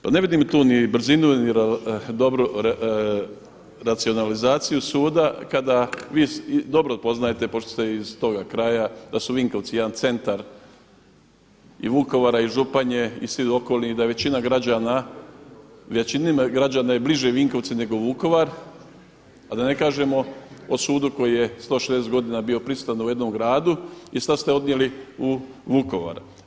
Pa ne vidim tu ni brzinu ni dobru racionalizaciju suda kad vi dobro poznajte pošto ste iz toga kraja, da su Vinkovci jedan centar i Vukovara i Županje i svih okolnih da je većini građana bliže Vinkovci nego Vukovar, a da ne kažemo o sudu koji je 160 godina bio prisutan u jednom gradu i sada ste odnijeli u Vukovar.